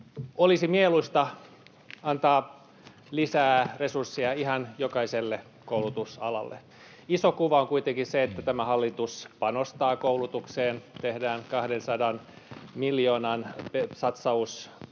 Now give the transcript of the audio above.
olisi mieluista antaa lisää resursseja ihan jokaiselle koulutusalalle. Iso kuva on kuitenkin se, että tämä hallitus panostaa koulutukseen: Tehdään 200 miljoonan satsaus